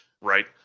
right